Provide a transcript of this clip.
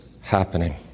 happening